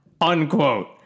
Unquote